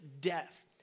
death